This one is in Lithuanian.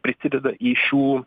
prisideda į šių